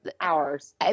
hours